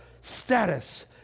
status